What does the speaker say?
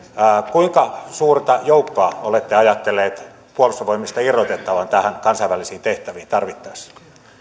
kuinka suurta joukkoa olette ajatelleet puolustusvoimista irrotettavan näihin kansainvälisiin tehtäviin tarvittaessa